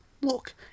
look